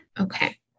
okay